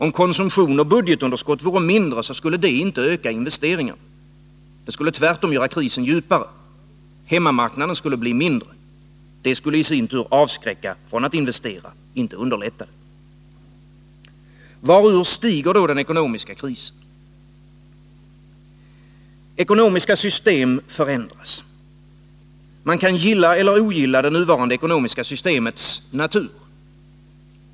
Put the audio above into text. Om konsumtion och budgetunderskott vore mindre, skulle det inte öka investeringarna. Det skulle tvärtom göra krisen djupare. Hemmamarknaden skulle bli mindre. Det skulle i sin tur avskräcka från att investera, inte underlätta det. Varur stiger då den ekonomiska krisen? Ekonomiska system förändras. Man kan gilla eller ogilla det nuvarande ekonomiska systemets natur.